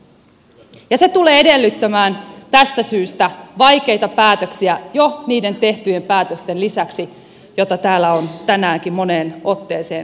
ja se tulee edellyttämään tästä syystä vaikeita päätöksiä jo niiden tehtyjen päätösten lisäksi joita täällä on tänäänkin moneen otteeseen läpikäyty